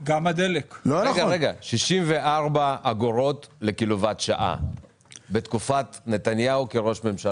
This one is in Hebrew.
64 אגורות לקילוואט שעה בתקופת נתניהו כראש ממשלה.